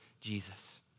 Jesus